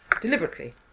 deliberately